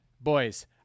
boys